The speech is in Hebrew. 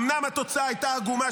אומנם התוצאה הייתה עגומה,